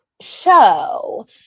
show